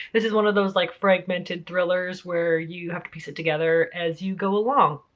this is one of those like fragmented thrillers where you have to piece it together as you go along.